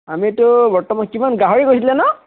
আমিতো বৰ্তমান কিমান গাহৰি কৈছিলে নহ্